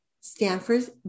Stanford's